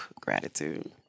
gratitude